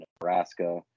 Nebraska